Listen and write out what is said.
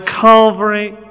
Calvary